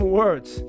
words